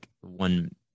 one